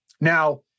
Now